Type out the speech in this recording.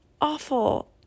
awful